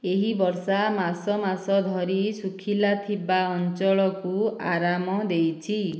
ଏହି ବର୍ଷା ମାସ ମାସ ଧରି ଶୁଖିଲା ଥିବା ଅଞ୍ଚଳକୁ ଆରାମ ଦେଇଛି